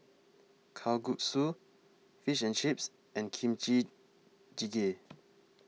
Kalguksu Fish and Chips and Kimchi Jjigae